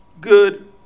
good